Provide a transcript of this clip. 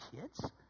kids